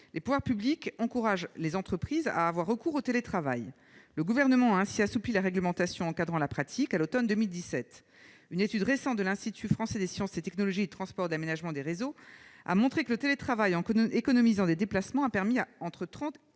les pouvoirs publics encouragent les entreprises à avoir recours au télétravail. Le Gouvernement a ainsi assoupli la réglementation encadrant la pratique à l'automne 2017. Une étude récente de l'Institut français des sciences et technologies des transports, de l'aménagement et des réseaux a montré que le télétravail, en économisant des déplacements, a permis une